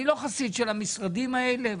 אני לא חסיד של המשרדים האלה.